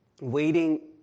waiting